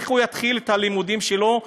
איך הוא יתחיל את הלימודים שלו?